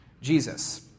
Jesus